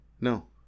No